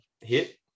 hit